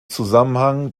zusammenhang